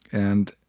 and,